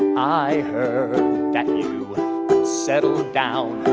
i heard that you settled down,